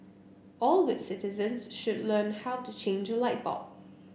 all good citizens should learn how to change a light bulb